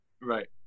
right